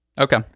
Okay